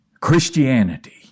Christianity